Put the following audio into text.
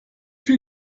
viel